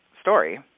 story